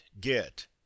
get